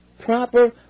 proper